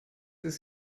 ist